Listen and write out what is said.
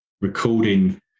recording